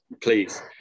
please